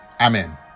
amen